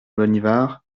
bonnivard